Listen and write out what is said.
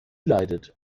leidet